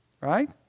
right